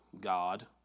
God